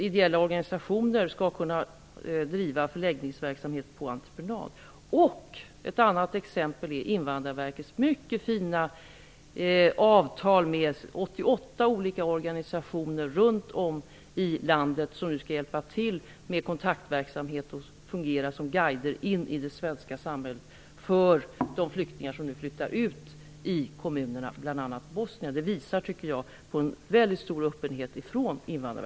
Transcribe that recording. Ideella organisationer skall kunna driva förläggningsverksamhet på entreprenad. Ett annat exempel är Invandrarverkets mycket fina avtal med 88 olika organisationer runt om i landet, som skall hjälpa till med kontaktverksamhet och fungera som guider in i det svenska samhället, för de flyktingar som nu flyttar ut i kommunerna, bl.a. bosnier. Det visar på en väldigt stor öppenhet från Invandrarverkets sida.